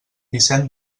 vicent